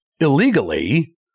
illegally